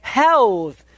health